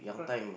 cry